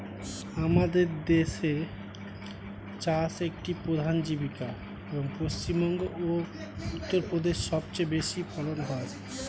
আমাদের দেশে চাষ একটি প্রধান জীবিকা, এবং পশ্চিমবঙ্গ ও উত্তরপ্রদেশে সবচেয়ে বেশি ফলন হয়